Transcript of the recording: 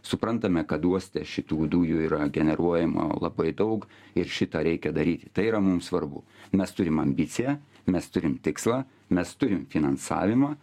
suprantame kad uoste šitų dujų yra generuojama labai daug ir šitą reikia daryti tai yra mum svarbu mes turim ambiciją mes turim tikslą mes turim finansavimą